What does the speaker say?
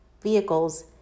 vehicles